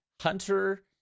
Hunter